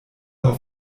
auf